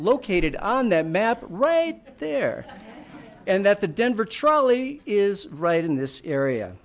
located on that map right there and that the denver trolley is right in this area